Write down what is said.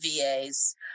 VAs